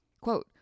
quote